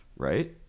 Right